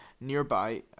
nearby